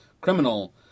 criminal